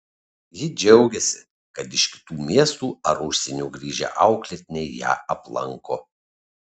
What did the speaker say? ji džiaugiasi kad iš kitų miestų ar užsienio grįžę auklėtiniai ją aplanko